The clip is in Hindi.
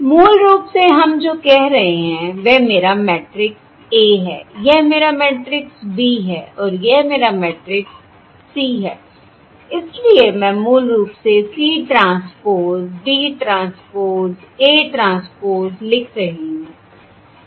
मूल रूप से हम जो कह रहे हैं वह मेरा मैट्रिक्स A है यह मेरा मैट्रिक्स B है और यह मेरा मैट्रिक्स C है इसलिए मैं मूल रूप से C transpose B transpose A transpose लिख रही हूं